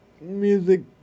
Music